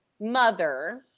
mother